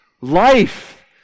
life